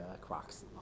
Crocs